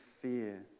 fear